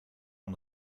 van